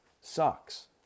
sucks